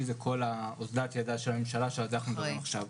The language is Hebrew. אוזלת ידה של הממשלה עד עכשיו.